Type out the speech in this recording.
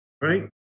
right